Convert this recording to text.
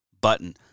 button